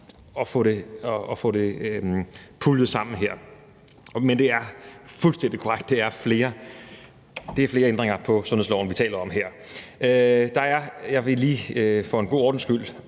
at få det puljet sammen her. Men det er fuldstændig korrekt, at det er flere ændringer i sundhedsloven, vi taler om her. Jeg vil lige for en god ordens skyld